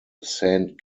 saint